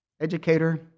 educator